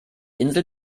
insel